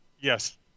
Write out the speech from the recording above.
Yes